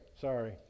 sorry